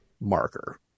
marker